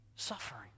suffering